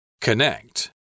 Connect